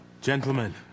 Gentlemen